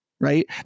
right